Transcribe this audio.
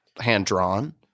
hand-drawn